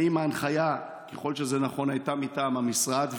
2. האם ההנחיה, ככול שזה נכון, הייתה מטעם המשרד?